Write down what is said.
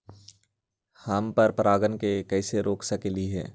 हम पर परागण के कैसे रोक सकली ह?